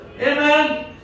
Amen